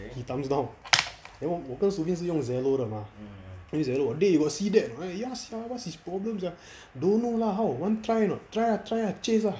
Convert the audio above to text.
he thumbs down then 我跟 shu bin 是用 zelo 的 mah use zelo then you got see that or not ya sia what's his problem sia don't know lah how want try or not try ah try ah chase ah